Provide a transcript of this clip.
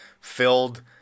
filled